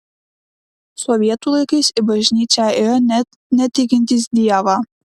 sovietų laikais į bažnyčią ėjo net netikintys dievą